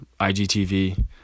IGTV